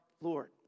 Lord